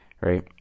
right